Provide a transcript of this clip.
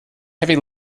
heavy